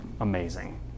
amazing